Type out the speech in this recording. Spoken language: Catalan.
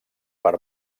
per